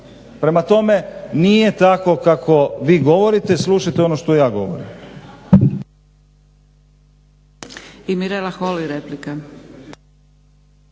Prema tome, nije tako kako vi govorite. Slušajte ono što ja govorim.